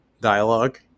dialogue